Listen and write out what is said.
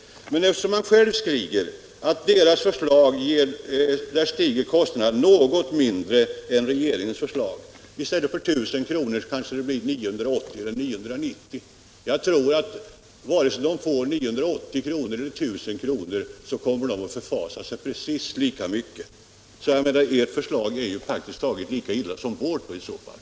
per år. Enligt vad reservanterna själva skriver stiger kostnaden något mindre i deras förslag än i regeringens — i stället för 1000 kr. kanske det blir 980 eller 990 kr. Jag tror att vare sig merkostnaden blir 980 eller 1000 kr. så kommer den som drabbas att förfasa sig precis lika mycket. Med ert förslag är det praktiskt taget lika illa som med vårt i så fall.